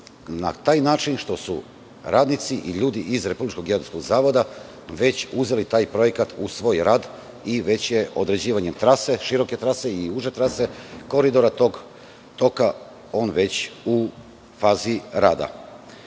na taj način što su radnici, ili ljudi iz Republičkog geodetskog zavoda već uzeli taj projekat u svoj rad i već je određivanjem trase, široke trase i uže trase koridora tog toga, on već u vazi